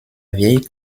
vieille